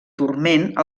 turment